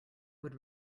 would